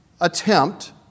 attempt